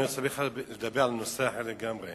אני רוצה בכלל לדבר על נושא אחר לגמרי,